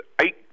eight